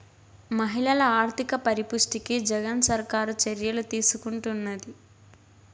మహిళల ఆర్థిక పరిపుష్టికి జగన్ సర్కారు చర్యలు తీసుకుంటున్నది